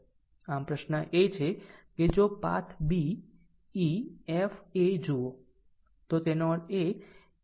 આમ પ્રશ્ન એ છે કે જો path b e f a જુઓ તો તેનો અર્થ એ કે a b e f a તેનો અર્થ એ કે આ a b e f a આ એક છે